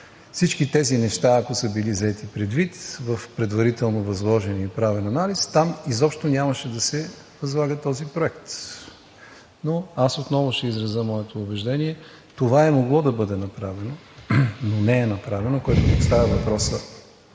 всички тези неща, ако са били взети предвид в предварително възложения и правен анализ, там изобщо нямаше да се възлага този проект. Но аз отново ще изразя моето убеждение: това е могло да бъде направено, но не е направено, което поставя въпроса